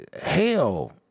hell